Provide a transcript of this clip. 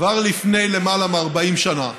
כבר לפני למעלה מ-40 שנה,